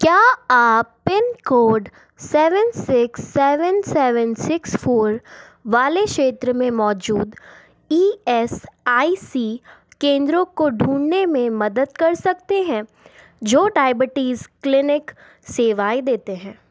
क्या आप pin code seven six seven seven six four वाले क्षेत्र में मौजूद ई एस आई सी केंद्रों को ढूँढने में मदद कर सकते हैं जो डायबिटीज़ क्लीनिक सेवाएँ देते हैं